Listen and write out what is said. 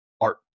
art